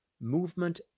movement